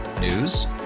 News